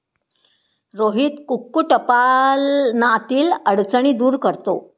रोहित कुक्कुटपालनातील अडचणी दूर करतो